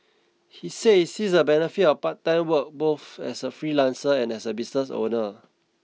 he said he sees a benefit of part time work both as a freelancer and as a business owner